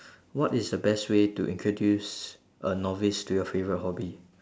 what is the best way to introduce a novice to your favourite hobby